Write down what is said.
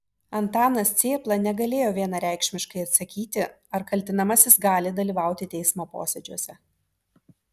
antanas cėpla negalėjo vienareikšmiškai atsakyti ar kaltinamasis gali dalyvauti teismo posėdžiuose